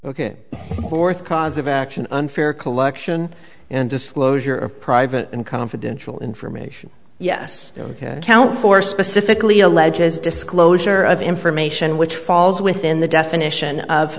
fourth cause of action unfair collection and disclosure of private and confidential information yes count for specifically alleges disclosure of information which falls within the definition of